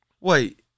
Wait